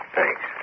Thanks